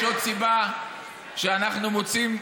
יש עוד סיבה שאנחנו מוצאים,